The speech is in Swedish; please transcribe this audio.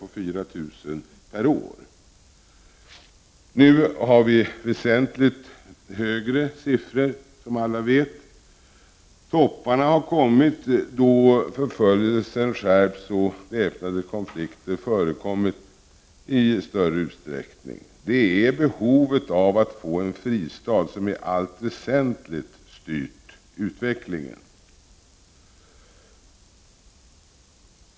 Nu är siffrorna som bekant väsentligt högre. Det har varit toppar i invandringen, då förföljelsen skärpts och väpnade konflikter förekommit i större utsträckning. Det är behovet av att få en fristad som i allt väsentligt styrt utvecklingen.